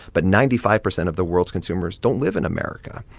but ninety five percent of the world's consumers don't live in america.